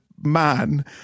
man